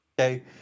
Okay